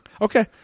Okay